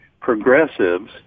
progressives